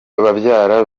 babyara